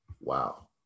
Wow